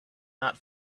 not